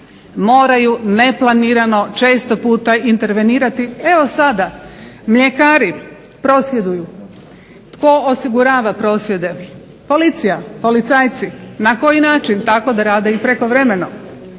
moraju neplanirano često puta intervenirati. Evo sada mljekari prosvjeduju, tko osigurava prosvjede, policija, policajci. Na koji način, tako da rade i prekovremeno,